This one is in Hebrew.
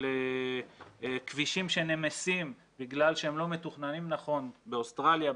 של כבישים שנמסים בגלל שהם לא מתוכננים נכון באוסטרליה,